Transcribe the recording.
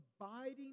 abiding